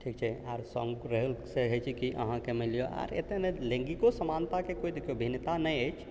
ठीक छै आओर सङ्ग रहैसँ होइ छै कि अहाँके मानिलिअ आओर एतऽ ने लैङ्गिको समानताके कोइ देखिऔ भिन्नता नहि अछि